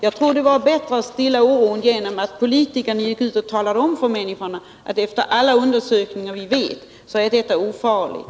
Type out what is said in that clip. Jag tror att ett bättre sätt att stilla oron vore att politikerna gick ut och talade om för människorna att detta enligt alla kända undersökningar är ofarligt.